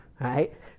right